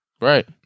right